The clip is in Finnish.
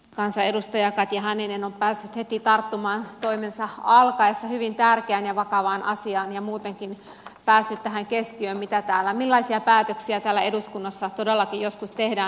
kansanedustaja katja hänninen on päässyt heti tarttumaan toimensa alkaessa hyvin tärkeään ja vakavaan asiaan ja muutenkin päässyt tähän keskiöön millaisia päätöksiä täällä eduskunnassa todellakin joskus tehdään